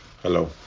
Hello